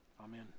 Amen